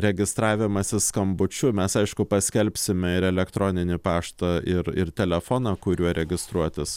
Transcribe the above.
registravimasis skambučiu mes aišku paskelbsime ir elektroninį paštą ir ir telefoną kuriuo registruotis